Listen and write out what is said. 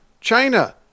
China